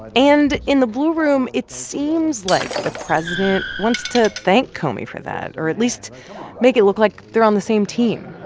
and in the blue room, it seems like the president wants to thank comey for that, or at least make it look like they're on the same team,